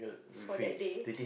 for that day